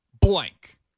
blank